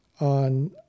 on